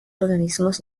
organismos